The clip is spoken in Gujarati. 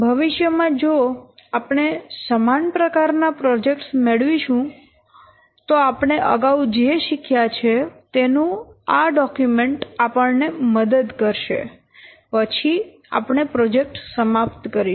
ભવિષ્ય માં જો આપણે સમાન પ્રકાર ના પ્રોજેક્ટ્સ મેળવીશુ તો આપણે અગાઉ જે શીખ્યા છે તેનું આ ડોક્યુમેન્ટ આપણને મદદ કરશે પછી આપણે પ્રોજેક્ટ સમાપ્ત કરીશું